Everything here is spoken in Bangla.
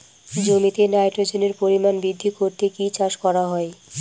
জমিতে নাইট্রোজেনের পরিমাণ বৃদ্ধি করতে কি চাষ করা হয়?